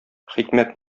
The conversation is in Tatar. хикмәт